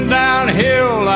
downhill